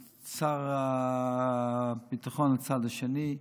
את שר הביטחון לצד השני.